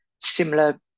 Similar